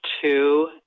two